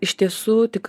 iš tiesų tik